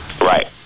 Right